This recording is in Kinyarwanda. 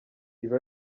ibi